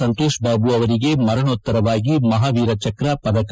ಸಂತೋಷ್ ಬಾಬು ಅವರಿಗೆ ಮರಣೋತ್ತರವಾಗಿ ಮಹಾವೀರ ಚಕ್ರ ಪದಕ